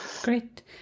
great